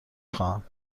خواهم